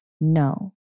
no